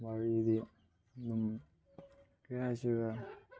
ꯋꯥꯔꯤꯗꯤ ꯑꯗꯨꯝ ꯀꯩꯍꯥꯏꯁꯤꯔꯥ